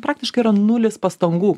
praktiškai yra nulis pastangų